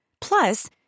Plus